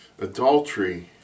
adultery